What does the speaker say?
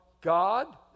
God